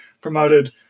promoted